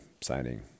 signing